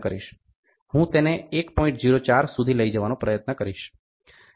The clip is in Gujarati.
04 સુધી લઇ જવાનો પ્રયત્ન કરીશ